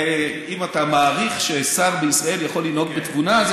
אם אתה מעריך ששר בישראל יכול לנהוג בתבונה, כן.